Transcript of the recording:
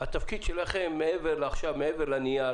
התפקיד שלכם מעבר לנייר,